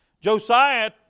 Josiah